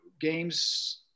games